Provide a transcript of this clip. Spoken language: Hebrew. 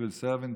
civil servant,